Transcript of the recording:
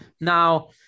Now